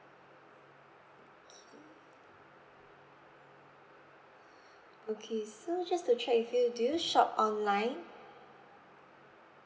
okay okay so just to check with you do you shop online